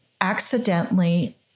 accidentally